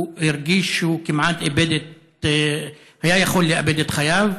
הוא הרגיש שהוא היה יכול לאבד את חייו,